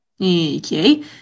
Okay